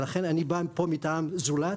לכן אני בא לפה מטעם זולת,